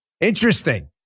Interesting